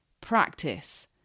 practice